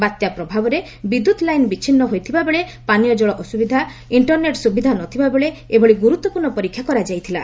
ବାତ୍ୟା ପ୍ରଭାବରେ ବିଦ୍ୟୁତ୍ ଲାଇନ୍ ବିଛିନୁ ହୋଇଥିବାବେଳେ ପାନୀୟ କଳ ସୁବିଧା ଇକ୍କରନେଟ୍ ସୁବିଧା ନ ଥିବାବେଳେ ଏଭଳି ଗୁରୁତ୍ୱପୂର୍ଶ୍ଣ ପରୀକ୍ଷା କରାଯାଇଥିଲା